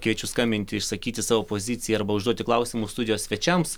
kviečiu skambinti išsakyti savo poziciją arba užduoti klausimus studijos svečiams